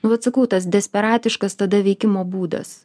nu vat sakau tas desperatiškas tada veikimo būdas